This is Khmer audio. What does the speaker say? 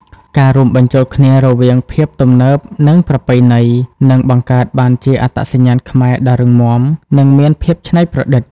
ការរួមបញ្ចូលគ្នារវាង "ភាពទំនើប" និង "ប្រពៃណី" នឹងបង្កើតបានជាអត្តសញ្ញាណខ្មែរដ៏រឹងមាំ និងមានភាពច្នៃប្រឌិត។